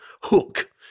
hook